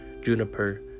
Juniper